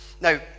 Now